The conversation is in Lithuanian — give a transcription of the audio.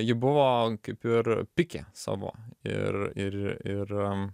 ji buvo kaip ir pike savo ir ir